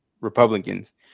Republicans